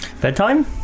Bedtime